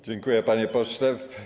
Dziękuję, panie pośle.